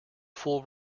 full